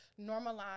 normalize